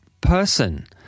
person